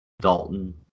Dalton